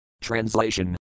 Translation